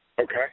Okay